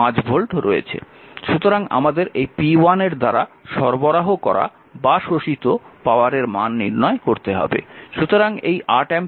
সুতরাং আমাদের এই p1 এর দ্বারা সরবরাহ করা বা শোষিত পাওয়ারের মান নির্ণয় করতে হবে